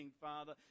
Father